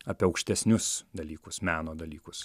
apie aukštesnius dalykus meno dalykus